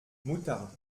moutarde